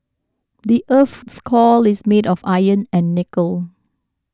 the earth's core is made of iron and nickel